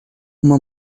uma